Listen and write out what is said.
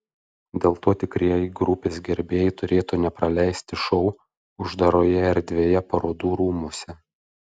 dėl to tikrieji grupės gerbėjai turėtų nepraleisti šou uždaroje erdvėje parodų rūmuose